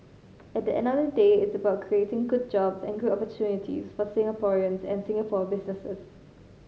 at the end of the day it's about creating good jobs and good opportunities for Singaporeans and Singapore businesses